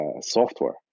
software